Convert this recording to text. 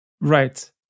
Right